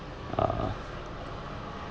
uh